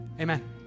Amen